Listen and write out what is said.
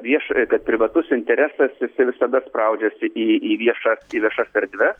vieš e kad privatus interesas jisai visada spraudžiasi į viešas viešas erdves